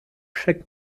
chaque